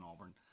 Auburn